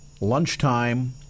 lunchtime